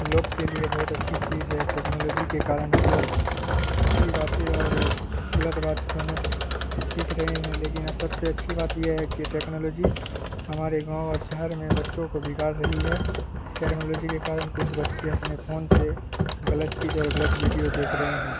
لوگ کے لیے بہت اچھی چیز ہے ٹیکنالوجی کے کارن ہم لوگ اچھی باتیں اور غلط باتیں دونوں سیکھ رہے ہیں لیکن سب سے اچھی بات یہ ہے کہ ٹیکنالوجی ہمارے گاؤں اور شہر میں بچوں کو بگاڑ رہی ہے ٹیکنالوجی کے کارن کچھ بچے اپنے فون سے غلط چیز اور غلط ویڈیو دیکھ رہے ہیں